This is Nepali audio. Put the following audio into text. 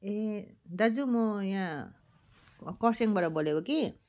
ए दाजु म यहाँ खरसाङबाट बोलेको कि